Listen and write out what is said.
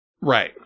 right